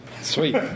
Sweet